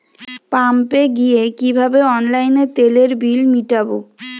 পাম্পে গিয়ে কিভাবে অনলাইনে তেলের বিল মিটাব?